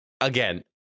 Again